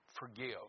Forgive